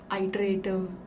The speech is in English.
iterative